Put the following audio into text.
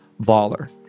baller